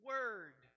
Word